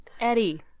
Eddie